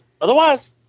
Otherwise